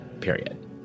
Period